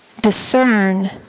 discern